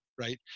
right